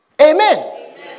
Amen